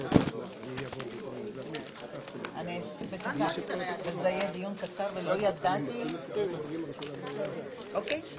הישיבה ננעלה בשעה 12:00.